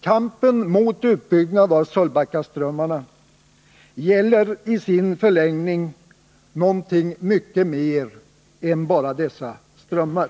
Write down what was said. Kampen mot utbyggnad av Sölvbackaströmmarna gäller i sin förlängning mycket mer än bara dessa strömmar.